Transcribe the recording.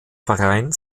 verein